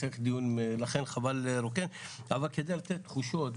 צריך דיון ולכן חבל --- אבל כדי לתת תחושות,